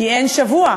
כי אין שבוע,